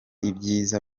ibyiza